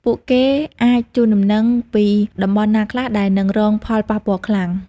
ពួកគេអាចជូនដំណឹងពីតំបន់ណាខ្លះដែលនឹងរងផលប៉ះពាល់ខ្លាំង។